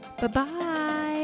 Bye-bye